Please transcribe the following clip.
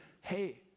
hey